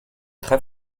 très